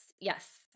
Yes